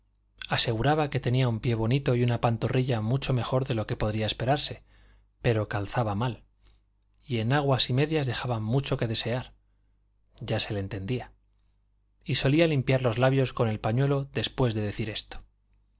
aseguraba que tenía un pie bonito y una pantorrilla mucho mejor de lo que podría esperarse pero calzaba mal y enaguas y medias dejaban mucho que desear ya se le entendía y solía limpiar los labios con el pañuelo después de decir esto